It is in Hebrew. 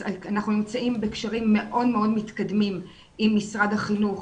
אנחנו נמצאים בקשרים מאוד מתקדמים עם משרד החינוך